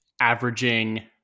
averaging